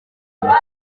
umutwe